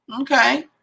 okay